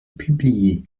publié